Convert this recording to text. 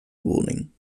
woning